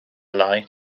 lai